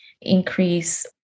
increase